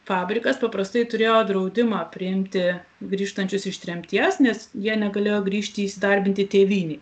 fabrikas paprastai turėjo draudimą priimti grįžtančius iš tremties nes jie negalėjo grįžti įsidarbinti tėvynėj